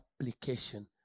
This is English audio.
application